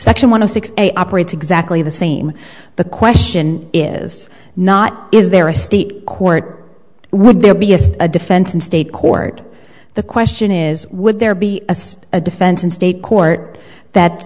section one of six a operates exactly the same the question is not is there a state court would there be a defendant's state court the question is would there be a defense in state court that